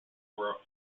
were